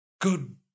Good